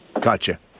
Gotcha